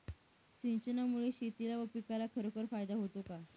सिंचनामुळे शेतीला व पिकाला खरोखर फायदा होतो का?